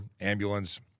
ambulance